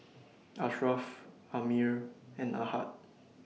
Ashraff Ammir and Ahad